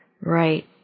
Right